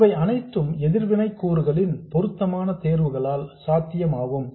இவை அனைத்தும் எதிர்வினை கூறுகளின் பொருத்தமான தேர்வுகளால் சாத்தியமாகும்